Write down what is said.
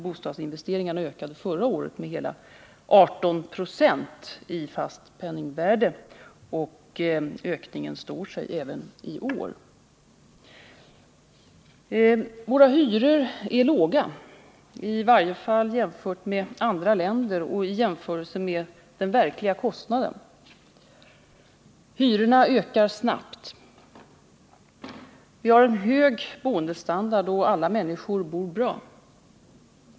Bostadsinvesteringarna ökade förra året med hela 18 96 i fast penningvärde, och ökningen står sig även i år. Våra hyror är låga, i varje fall jämfört med andra länder och i jämförelse med den verkliga kostnaden. — Hyrorna ökar snabbt. Vi har en hög boendestandard och alla människor bor bra.